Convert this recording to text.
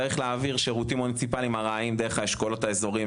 צריך להעביר שירותים מוניציפליים ארעיים דרך האשכולות האזוריים.